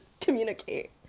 Communicate